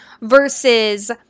versus